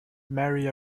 mary